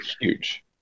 huge